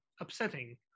upsetting